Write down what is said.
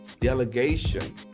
delegation